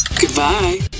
Goodbye